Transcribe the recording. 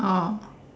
oh